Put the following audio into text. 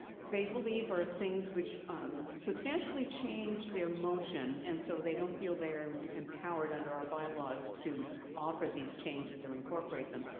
they believe are things which substantially change their motion, and so they don't feel they are empower empowered under our bylaws to offer these changes or incorporate them,